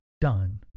done